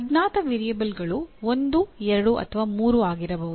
ಅಜ್ಞಾತ ವೇರಿಯಬಲ್ಗಳು ಒಂದು ಎರಡು ಅಥವಾ ಮೂರು ಆಗಿರಬಹುದು